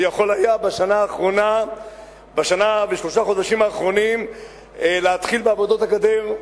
הוא יכול היה בשנה ושלושה חודשים האחרונים להתחיל בעבודות הגדר,